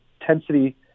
intensity